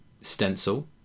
Stencil